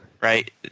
Right